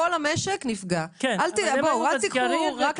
כל המשק נפגע.